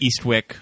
Eastwick